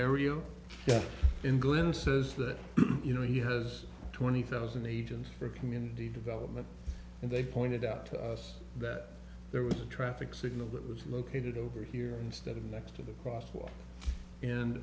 burial in glynn says that you know he has twenty thousand agents for community development and they pointed out to us that there was a traffic signal that was located over here instead of next to the crosswalk and